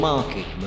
Market